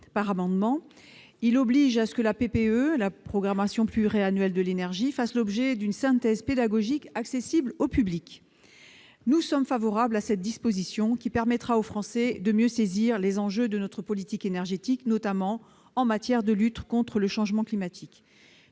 nationale, impose que la programmation pluriannuelle de l'énergie fasse l'objet d'une synthèse pédagogique accessible au public. Nous sommes favorables à cette disposition, qui permettra aux Français de mieux saisir les enjeux de notre politique énergétique, notamment en matière de lutte contre le changement climatique.